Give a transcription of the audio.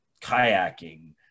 kayaking